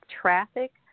traffic